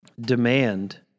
demand